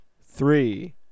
three